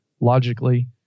logically